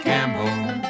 Campbell